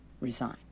resign